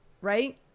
right